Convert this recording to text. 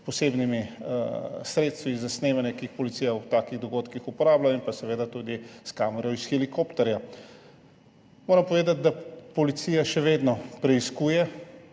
posebnimi sredstvi za snemanje, ki jih policija ob takih dogodkih uporablja, in pa seveda tudi s kamero iz helikopterja. Moram povedati, da policija še vedno preiskuje